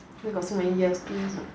still got so many years just use